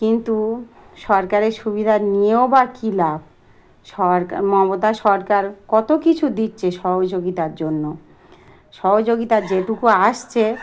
কিন্তু সরকারের সুবিধা নিয়েও বা কী লাভ সরকার মমতা সরকার কত কিছু দিচ্ছে সহযোগিতার জন্য সহযোগিতা যেটুকু আসছে